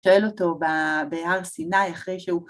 שואל אותו בהר סיני אחרי שהוא...